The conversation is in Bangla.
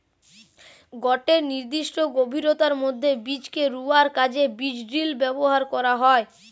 গটে নির্দিষ্ট গভীরতার মধ্যে বীজকে রুয়ার কাজে বীজড্রিল ব্যবহার করা হয়